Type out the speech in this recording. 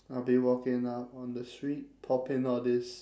I'll be walking up on the street popping all these